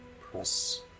Press